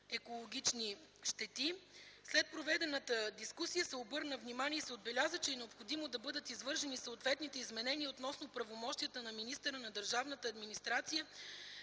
дейност. След проведената дискусия се обърна внимание и се отбеляза, че е необходимо да бъдат извършени съответните изменения относно правомощията на министъра на държавната администрация